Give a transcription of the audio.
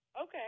Okay